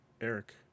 Eric